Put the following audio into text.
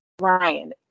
Ryan